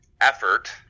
effort